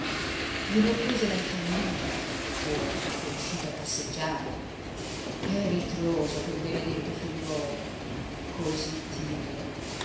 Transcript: ieri gliele ho prese dal tavolino ora che è uscito a passeggiare è ritroso quel benedetto figliuolo così timido